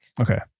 Okay